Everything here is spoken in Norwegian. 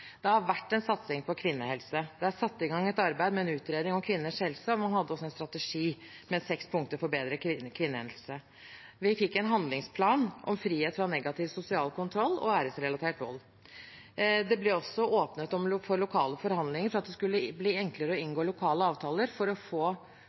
det som faktisk er gjort. Det har vært en satsing på kvinnehelse. Det er satt i gang et arbeid med en utredning om kvinners helse, og man hadde også en strategi med seks punkter for bedre kvinnehelse. Vi fikk en handlingsplan om frihet fra negativ sosial kontroll og æresrelatert vold. Det ble også åpnet for lokale forhandlinger, for at det skulle bli enklere å